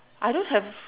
I don't have